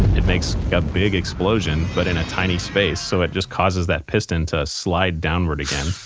it makes a big explosion, but in a tiny space, so it just causes that piston to slide downward again.